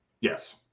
Yes